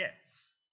Yes